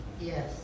Yes